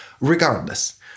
regardless